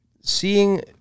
seeing